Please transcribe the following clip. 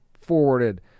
forwarded